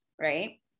right